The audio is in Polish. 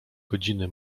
godziny